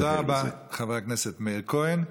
תודה רבה, חבר הכנסת מאיר כהן.